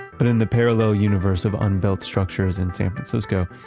but in the parallel universe of unbuilt structures in san francisco,